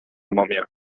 mòmia